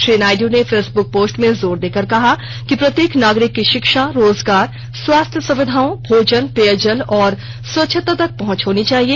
श्री नायड् ने Facebook post में जोर देकर कहा कि प्रत्येक नागरिक की शिक्षा रोजगार स्वास्थ्य सुविधाओं भोजन पेय जल और स्वच्छता तक पहुंच होनी चाहिए